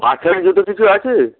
বাচ্ছাদের জুতো কিছু আছে